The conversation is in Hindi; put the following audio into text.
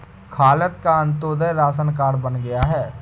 खालिद का अंत्योदय राशन कार्ड बन गया है